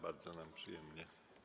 Bardzo nam przyjemnie.